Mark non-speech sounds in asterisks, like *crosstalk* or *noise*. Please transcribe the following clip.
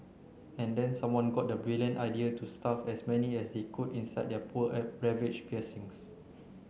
and then someone got the brilliant idea to stuff as many as they could inside their poor *unintelligible* ravaged piercings